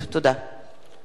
תודה למזכירת הכנסת.